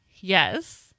Yes